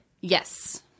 Yes